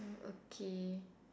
um okay